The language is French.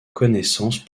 connaissance